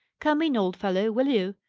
come in, old fellow, will you?